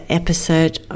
episode